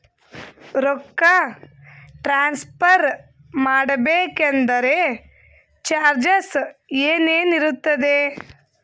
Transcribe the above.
ರೊಕ್ಕ ಟ್ರಾನ್ಸ್ಫರ್ ಮಾಡಬೇಕೆಂದರೆ ಚಾರ್ಜಸ್ ಏನೇನಿರುತ್ತದೆ?